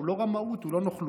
הוא לא רמאות, הוא לא נוכלות.